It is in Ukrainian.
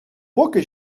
поки